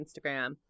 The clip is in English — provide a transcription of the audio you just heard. Instagram